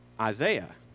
Isaiah